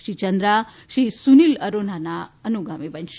શ્રી ચંદ્રા શ્રી સુનિલ અરોરાના અનુગામી બનશે